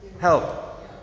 help